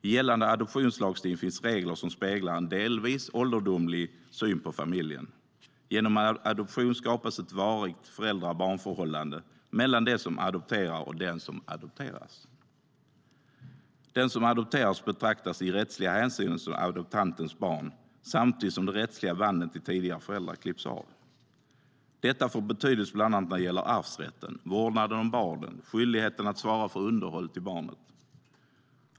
I gällande adoptionslagstiftning finns regler som speglar en delvis ålderdomlig syn på familjen. Genom en adoption skapas ett varaktigt föräldra-barn-förhållande mellan dem som adopterar och den som adopteras. Den som adopteras betraktas i rättsliga hänseenden som adoptantens barn samtidigt som de rättsliga banden till tidigare föräldrar klipps av. Detta får betydelse bland annat när det gäller arvsrätten, vårdnaden om barnet och skyldigheten att svara för underhåll till barnet.